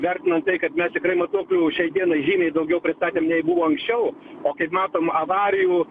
vertinant tai kad mes tikrai matuoklių šiai dienai žymiai daugiau pristatėm nei buvo anksčiau o kaip matom avarijų